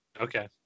Okay